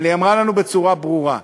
היא אמרה לנו בצורה ברורה: